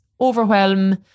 overwhelm